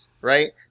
Right